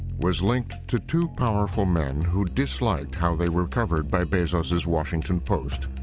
was linked to two powerful men who disliked how they were covered by bezos's washington post.